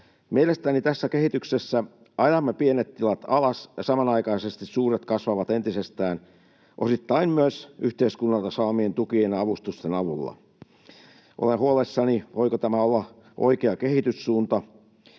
Mielestäni tässä kehityksessä ajamme pienet tilat alas ja samanaikaisesti suuret kasvavat entisestään osittain myös yhteiskunnalta saamiensa tukien ja avustusten avulla. Olen huolissani, voiko tämä olla oikea kehityssuunta.